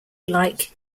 like